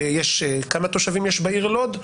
וכמה תושבים יש בעיר לוד?